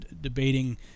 debating